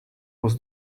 was